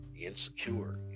insecure